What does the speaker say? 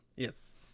Yes